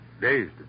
dazed